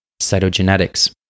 Cytogenetics